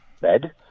bed